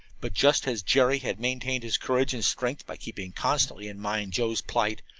but just as jerry had maintained his courage and strength by keeping constantly in mind joe's plight,